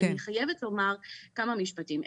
אני חייבת לומר כמה משפטים.